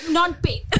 Non-paid